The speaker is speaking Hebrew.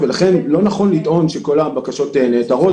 ולכן לא נכון לטעון שכל הבקשות נעתרות.